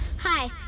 hi